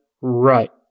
right